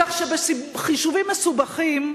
כך שבחישובים מסובכים,